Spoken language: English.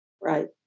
Right